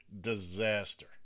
disaster